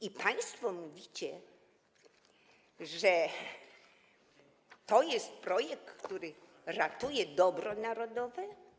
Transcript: I państwo mówicie, że to jest projekt, który ratuje dobro narodowe?